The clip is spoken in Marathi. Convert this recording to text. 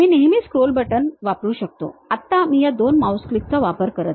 मी नेहमी स्क्रोल बटण वापरू शकतो आत्ता मी या 2 माऊस क्लिकचा वापर करीत आहे